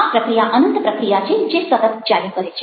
આ પ્રક્રિયા અનંત પ્રક્રિયા છે જે સતત ચાલ્યા કરે છે